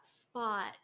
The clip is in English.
spot